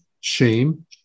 shame